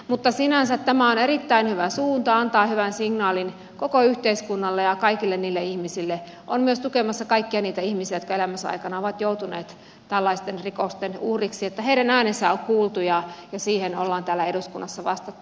mutta sinänsä tämä on erittäin hyvä suunta antaa hyvän signaalin koko yhteiskunnalle ja kaikille niille ihmisille ja on myös tukemassa kaikkia niitä ihmisiä jotka elämänsä aikana ovat joutuneet tällaisten rikosten uhriksi että heidän äänensä on kuultu ja siihen ollaan täällä eduskunnassa vastattu